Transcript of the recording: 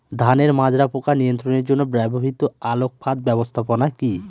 ধানের মাজরা পোকা নিয়ন্ত্রণের জন্য ব্যবহৃত আলোক ফাঁদ ব্যবস্থাপনা কি?